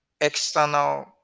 external